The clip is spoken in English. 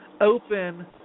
open